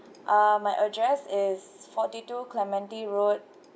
uh my address is forty two clementi road